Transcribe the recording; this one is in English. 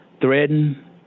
threaten